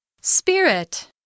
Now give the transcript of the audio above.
Spirit